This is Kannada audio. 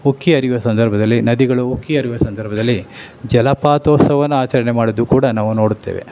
ಉಕ್ಕಿ ಹರಿಯುವ ಸಂದರ್ಭದಲ್ಲಿ ನದಿಗಳು ಉಕ್ಕಿ ಹರಿಯುವ ಸಂದರ್ಭದಲ್ಲಿ ಜಲಪಾತೋತ್ಸವವನ್ನು ಆಚರಣೆ ಮಾಡುವುದು ಕೂಡ ನಾವು ನೋಡುತ್ತೇವೆ